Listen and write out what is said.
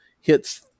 hits